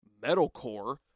metalcore